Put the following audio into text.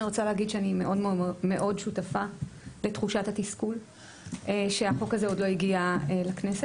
אני שותפה מאוד לתחושת התסכול שהחוק הזה עוד לא הגיע לכנסת.